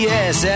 Yes